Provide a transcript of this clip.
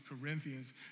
Corinthians